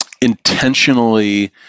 intentionally